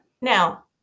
Now